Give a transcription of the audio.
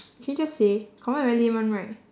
can you just say confirm very lame [one] right